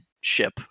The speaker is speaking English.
ship